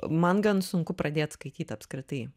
man gan sunku pradėti skaityt apskritai